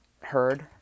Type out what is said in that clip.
heard